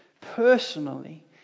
personally